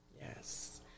Yes